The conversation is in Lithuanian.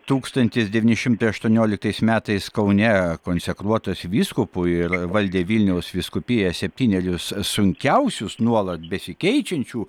tūkstantis devyni šimtai aštuonioliktais metais kaune konsekruotas vyskupu ir valdė vilniaus vyskupiją septynerius sunkiausius nuolat besikeičiančių